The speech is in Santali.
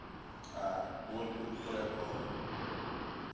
ᱟᱨ ᱵᱳᱞᱯᱩᱨ ᱠᱚᱨᱮ ᱦᱚᱸ